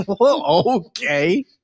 Okay